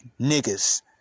niggas